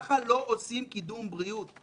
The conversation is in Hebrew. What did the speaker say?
כך לא עושים קידום בריאות.